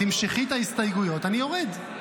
תמשכי את ההסתייגויות ואני יורד.